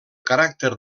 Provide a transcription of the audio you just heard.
caràcter